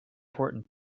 important